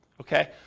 Okay